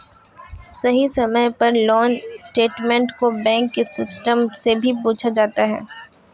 सही समय पर लोन स्टेटमेन्ट को बैंक के कस्टमर से भी पूछा जाता है